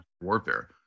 warfare